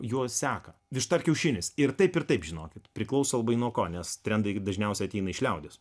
juos seka višta ar kiaušinis ir taip ir taip žinokit priklauso labai nuo ko nes trendai dažniausiai ateina iš liaudies